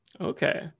Okay